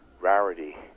rarity